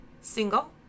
Single